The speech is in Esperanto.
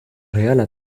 reala